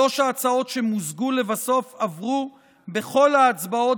שלוש ההצעות שמוזגו לבסוף עברו בכל ההצבעות